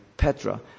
Petra